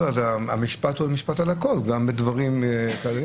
המשפט הוא משפט על הכול, גם בדברים כלליים.